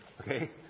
Okay